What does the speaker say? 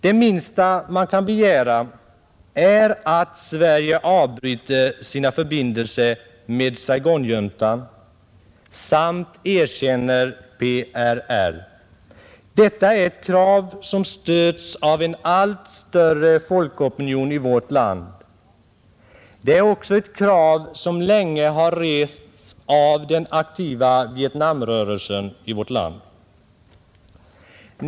Det minsta man kan begära är att Sverige avbryter sina förbindelser med Saigonjuntan samt erkänner PRR. Detta är ett krav som stöds av en allt större folkopinion i vårt land. Det är också ett krav som länge har rests av den aktiva Vietnamrörelsen i Sverige.